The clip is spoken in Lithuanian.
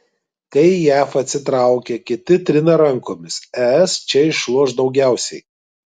kai jav atsitraukia kiti trina rankomis es čia išloš daugiausiai